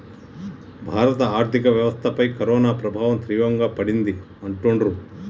భారత ఆర్థిక వ్యవస్థపై కరోనా ప్రభావం తీవ్రంగా పడింది అంటుండ్రు